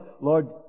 Lord